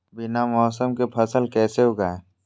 बिना मौसम के फसल कैसे उगाएं?